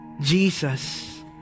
Jesus